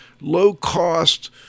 low-cost